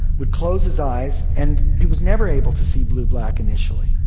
would close his eyes, and he was never able to see blue-black initially,